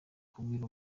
kubwira